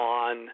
on